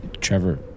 Trevor